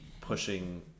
pushing